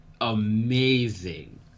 amazing